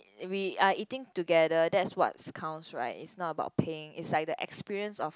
we are eating together that's what's counts right is not about paying is like the experience of